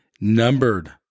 Numbered